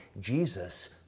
Jesus